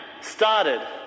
started